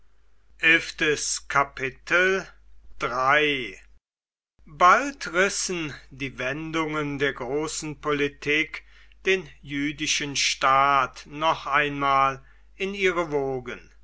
bald rissen die wendungen der großen politik den jüdischen staat noch einmal in ihre wogen